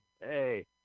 Hey